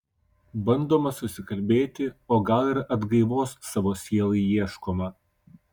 bandoma susikalbėti o gal ir atgaivos savo sielai ieškoma